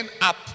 up